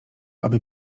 aby